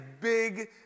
big